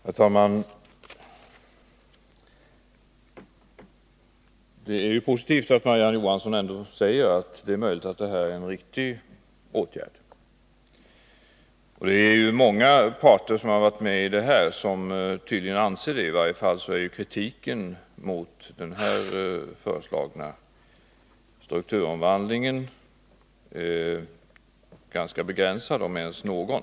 Herr talman! Det är ju positivt att Marie-Ann Johansson säger att det är möjligt att detta är en riktig åtgärd. Det är många parter som varit med om detta och som tydligen anser det — i varje fall är kritiken mot den föreslagna strukturomvandlingen ganska begränsad, om ens någon.